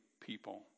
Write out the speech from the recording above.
people